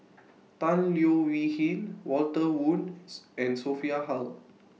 Tan Leo Wee Hin Walter Woon's and Sophia Hull